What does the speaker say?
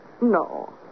No